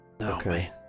okay